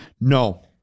No